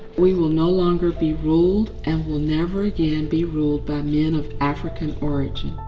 we will no longer be ruled and will never again be ruled by men of african origin.